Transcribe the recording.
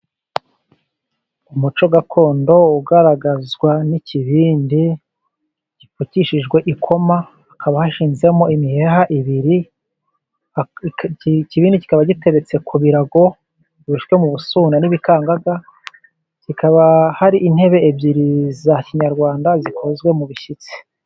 Umuco gakondo ugaragazwa n'ikibindi gipfukishijwe ikoma, hakaba hashinzemo imiheha ibiri. Ikibindi kikaba giteretse ku birago kiboshwe mu busuna n'ibikangaga, hakaba hari intebe ebyiri za kinyarwanda zikozwe mu bishyitsi.